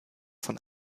von